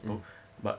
hmm